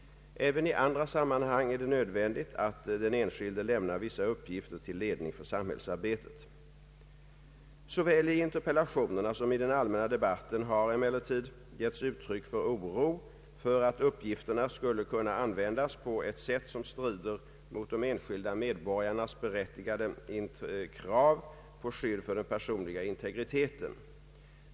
Även i andra sammanhang är det nödvändigt att den enskilde lämnar vissa uppgifter till ledning för samhällsarbetet. Såväl i interpellationerna som i den allmänna debatten har emellertid getts uttryck för oro för att uppgifterna skulle kunna användas på ett sätt som strider mot de enskilda medborgarnas berättigade krav på skydd för den personliga integriteten.